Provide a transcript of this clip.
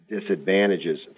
disadvantages